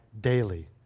daily